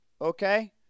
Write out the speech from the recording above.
Okay